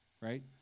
right